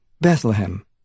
Bethlehem